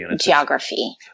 geography